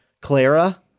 Clara